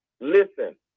Listen